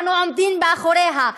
אנו עומדים מאחוריה.